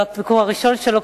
זה הביקור הראשון שלו,